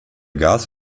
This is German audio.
gas